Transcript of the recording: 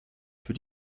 für